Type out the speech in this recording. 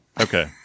Okay